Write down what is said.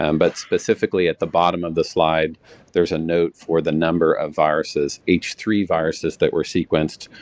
um but specifically at the bottom of the slide there's a note for the number of viruses, h three viruses that were sequenced,